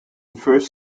first